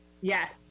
Yes